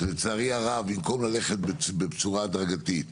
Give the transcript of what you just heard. שלצערי הרב במקום ללכת בצורה הדרגתית,